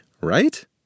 right